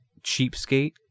cheapskate